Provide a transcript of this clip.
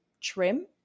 trim